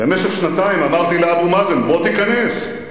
במשך שנתיים אמרתי לאבו מאזן: בוא תיכנס,